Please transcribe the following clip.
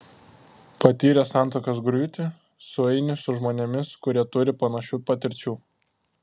patyręs santuokos griūtį sueini su žmonėmis kurie turi panašių patirčių